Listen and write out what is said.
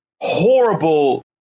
horrible